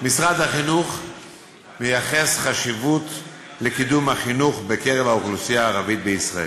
משרד החינוך מייחס חשיבות לקידום החינוך בקרב האוכלוסייה הערבית בישראל,